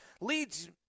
leads